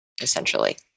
essentially